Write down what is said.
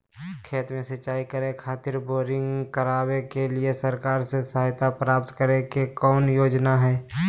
खेत में सिंचाई करे खातिर बोरिंग करावे के लिए सरकार से सहायता प्राप्त करें के कौन योजना हय?